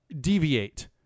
deviate